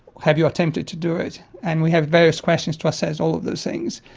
have you attempted to do it? and we have various questions to assess all of those things.